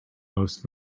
most